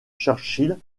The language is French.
churchill